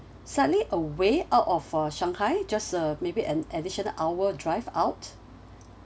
slightly away out of uh shanghai just uh maybe an additional hour drive out